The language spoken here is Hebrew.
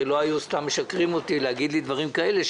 הרי לא היו סתם משקרים לי ואומרים לי דברים כאלה,